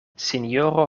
sinjoro